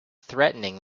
threatening